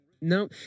No